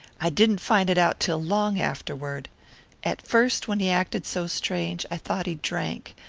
i didn't find it out till long afterward at first, when he acted so strange, i thought he drank.